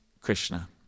Krishna